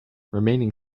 remaining